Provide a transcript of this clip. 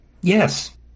Yes